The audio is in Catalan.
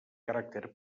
caràcter